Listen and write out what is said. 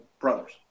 brothers